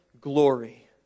glory